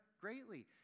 greatly